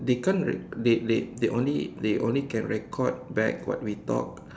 they can't like they they they only they only can record back what we talk